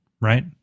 right